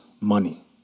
money